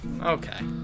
Okay